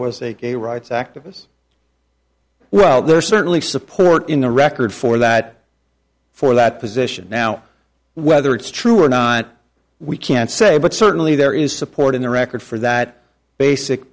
a gay rights activists well there's certainly support in the record for that for that position now whether it's true or not we can't say but certainly there is support in the record for that basic